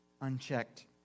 unchecked